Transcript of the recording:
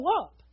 up